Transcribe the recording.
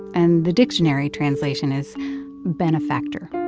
and the dictionary translation is benefactor